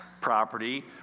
property